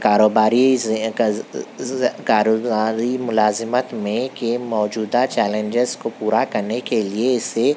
کارو باری کارو باری ملازمت میں کہ موجودہ چیلینجز کو پورا کرنے کے لیے اِسے